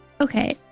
Okay